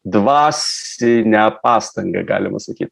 dvasinę pastangą galima saky